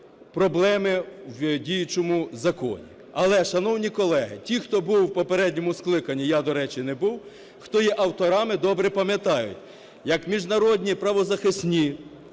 проблеми в діючому законі. Але, шановні колеги, ті, хто був в попередньому скликанні. Я, до речі, не був. Хто є авторами, добре пам'ятають, як міжнародні правозахисні